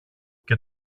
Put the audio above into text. και